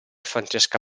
francesca